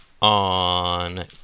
on